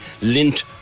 lint